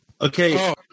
Okay